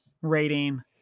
rating